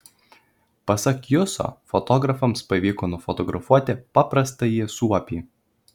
pasak juso fotografams pavyko nufotografuoti paprastąjį suopį